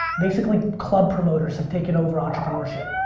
basically, club promoters have taken over entrepreneurship.